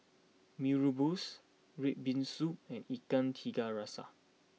Mee Rebus Red Bean Soup and Ikan Tiga Rasa